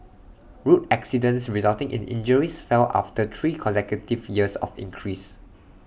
road accidents resulting in injuries fell after three consecutive years of increase